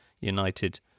United